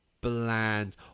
bland